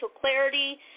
clarity